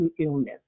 illness